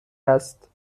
است